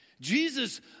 Jesus